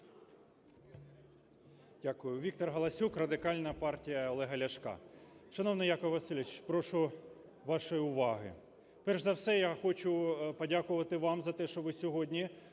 Дякую. Віктор Галасюк, Радикальна партія Олега Ляшка. Шановний Яків Васильович, прошу вашої уваги. Перш за все, я хочу подякувати вам за те, що ви сьогодні